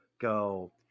go